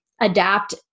adapt